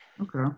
Okay